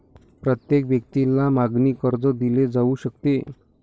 प्रत्येक व्यक्तीला मागणी कर्ज दिले जाऊ शकते